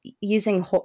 using